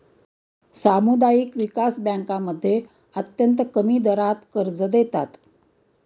सामुदायिक विकास बँकांमध्ये अत्यंत कमी दरात कर्ज देतात